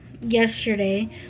yesterday